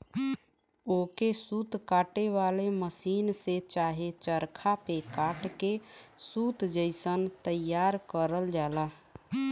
ओके सूत काते वाले मसीन से चाहे चरखा पे कात के सूत जइसन तइयार करल जाला